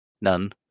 none